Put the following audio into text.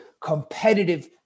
competitive